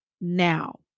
now